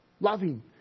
loving